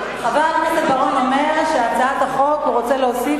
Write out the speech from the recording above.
חבר הכנסת בר-און אומר שהוא רוצה להוסיף